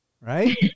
right